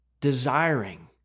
desiring